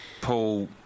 Paul